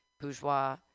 bourgeois